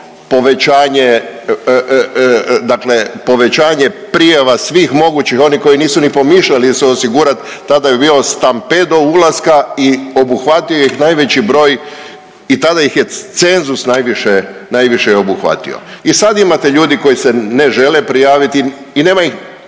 povećanje prijava svih mogućih, oni koji nisu ni pomišljali se osigurati, tada je bio stampedo ulaska i obuhvatio ih je najveći broj i tada ih je cenzus najviše obuhvatio. I sad imate ljudi koji se ne žele prijaviti i nema ih,